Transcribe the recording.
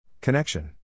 Connection